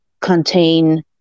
contain